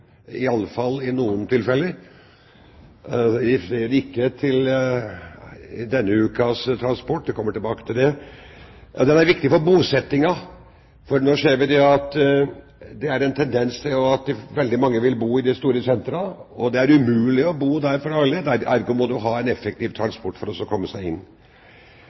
i alle fall i noen tilfeller. Jeg refererer ikke til denne ukas transport, jeg kommer tilbake til det. Jernbanen er viktig for bosetningen, for vi ser en tendens til at veldig mange vil bo i de store sentra, og det er umulig å bo der for alle. Ergo må man ha en effektiv transportmulighet for å komme seg inn.